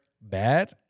bad